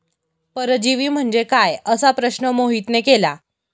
परजीवी म्हणजे काय? असा प्रश्न मोहितने केला